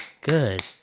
Good